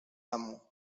amo